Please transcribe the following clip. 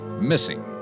missing